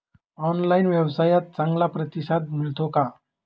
Online व्यवसायात चांगला प्रतिसाद मिळतो का?